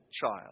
child